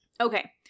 Okay